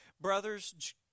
Brothers